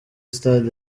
stade